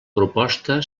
proposta